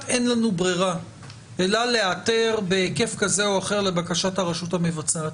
אין לנו ברירה אלא להיעתר בהיקף כזה או אחר לבקשת הרשות המבצעת.